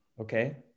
Okay